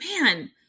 man